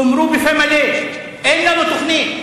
תאמרו בפה מלא: אין לנו תוכנית,